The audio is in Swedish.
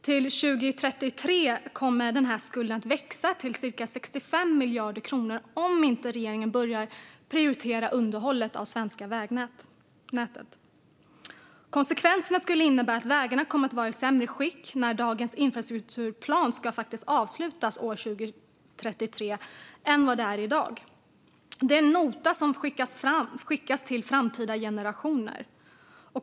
Till 2033 kommer den skulden att växa till cirka 65 miljarder kronor, om inte regeringen börjar prioritera underhållet av det svenska vägnätet. Konsekvenserna skulle innebära att vägarna kommer att vara i sämre skick när dagens infrastrukturplan ska avslutas år 2033 än vad de är i dag. Det är en nota som skickas till framtida generationer.